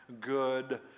good